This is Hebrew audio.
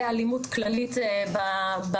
ואלימות כללית במגרשים,